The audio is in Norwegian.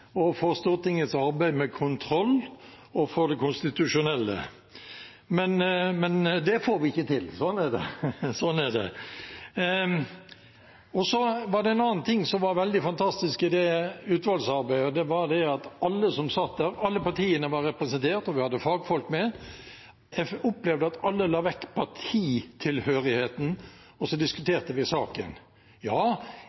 og for Stortingets arbeid med kontroll og for det konstitusjonelle. Men det får vi ikke til, sånn er det. Så er det en annen ting som var veldig fantastisk i det utvalgsarbeidet. Det var at alle partiene var representert, og vi hadde fagfolk med, og jeg opplevde at alle la vekk partitilhørigheten, og så